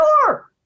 Sure